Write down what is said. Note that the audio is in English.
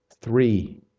Three